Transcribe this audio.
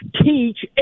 teach